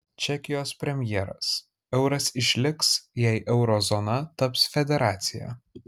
čekijos premjeras euras išliks jei euro zona taps federacija